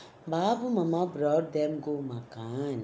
babu மாமா:mama brought them go makan